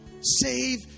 save